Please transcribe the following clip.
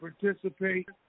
participate